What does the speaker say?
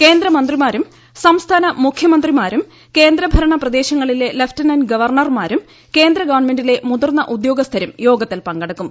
കേന്ദ്രമന്ത്രിമാരുക്കു് സംസ്ഥാന മുഖ്യമന്ത്രിമാരും കേന്ദ്രഭരണ പ്രദേശങ്ങളിലെ ലഫ്റ്റനന്റ് ക്ലെർണർമാരും കേന്ദ്ര ഗവൺമെന്റിലെ മുതിർന്ന ഉദ്യോഗസ്ഥരും യോഗത്തിൽ ് പങ്കെടുക്കും